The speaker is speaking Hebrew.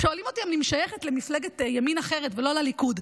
שואלים אותי אם אני שייכת למפלגת ימין אחרת ולא לליכוד.